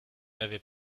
n’avez